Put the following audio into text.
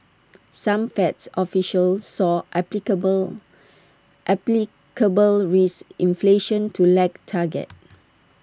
some Feds officials saw applicable applicable risk inflation to lag target